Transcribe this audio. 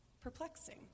Perplexing